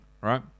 right